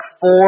four